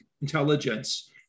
intelligence